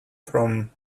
from